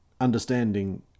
understanding